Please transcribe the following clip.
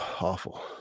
Awful